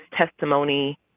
testimony